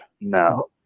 no